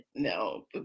No